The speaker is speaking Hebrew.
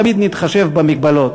תמיד נתחשב במגבלות,